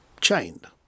Chained